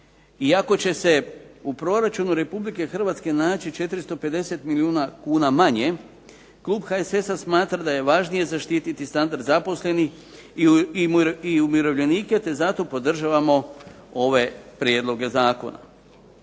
I ako će se u proračunu Republike Hrvatske naći 450 milijuna kuna manje, klub HSS-a smatra da je važnije zaštiti standard zaposlenih i umirovljenike te zato podržavamo ove prijedloge zakona.